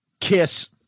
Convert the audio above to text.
Kiss